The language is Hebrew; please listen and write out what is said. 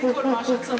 בלי כל מה שצריך,